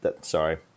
sorry